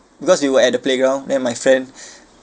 because we were at the playground then my friend